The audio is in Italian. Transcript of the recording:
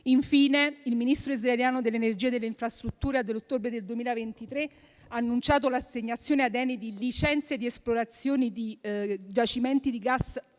Infine, il Ministro israeliano dell'energia e delle infrastrutture nell'ottobre del 2023 ha annunciato l'assegnazione ad ENI di licenze di esplorazione di giacimenti di gas al